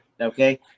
Okay